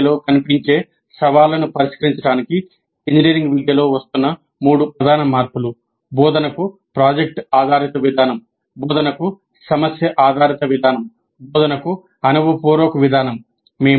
engineering విద్యలో కనిపించే సవాళ్లను పరిష్కరించడానికి ఇంజనీరింగ్ విద్యలో వస్తున్న మూడు ప్రధాన మార్పులు బోధనకు ప్రాజెక్ట్ ఆధారిత విధానం బోధనకు సమస్య ఆధారిత విధానం బోధనకు అనుభవపూర్వక విధానం